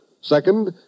Second